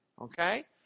Okay